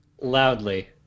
Loudly